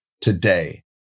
today